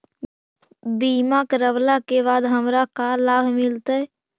बीमा करवला के बाद हमरा का लाभ मिलतै?